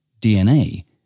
DNA